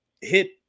hit